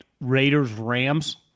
Raiders-Rams